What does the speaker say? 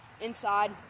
Inside